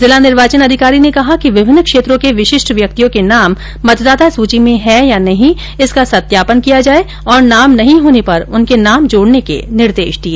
जिला निर्वाचन अधिकारी ने कहा कि विभिन्न क्षेत्रों के विशिष्ट व्यक्तियों के नाम मतदाता सूची में है या नहीं इसका सत्यापन किया जाये और नाम नहीं होने पर उनके नाम जोडने के निर्देश दिए